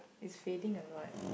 it's fading a lot